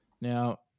Now